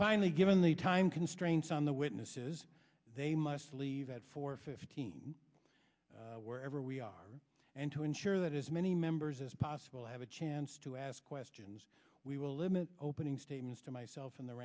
finally given the time constraints on the witnesses they must leave at four fifteen wherever we are and to ensure that as many members as possible have a chance to ask questions we will limit opening statements to myself